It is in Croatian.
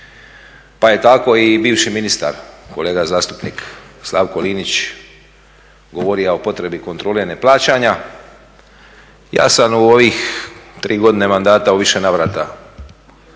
Pa je tako i bivši ministar, kolega zastupnik Slavko Linić govorio o potrebi kontrole neplaćanja. Ja sam u ovih tri godine mandata u više navrata